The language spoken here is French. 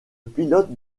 pilote